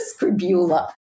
scribula